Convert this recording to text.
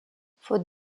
faute